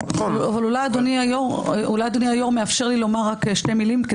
אולי אדוני היו"ר מאפשר לי לומר רק שתי מילים,